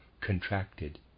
contracted